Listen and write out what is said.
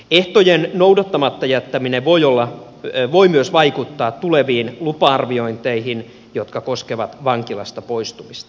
ehtojen noudattamatta jättäminen voi myös vaikuttaa tuleviin lupa arviointeihin jotka koskevat vankilasta poistumista